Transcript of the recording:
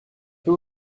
peut